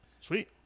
Sweet